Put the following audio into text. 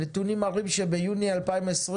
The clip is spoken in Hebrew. הנתונים מראים שביוני 2020,